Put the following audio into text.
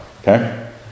okay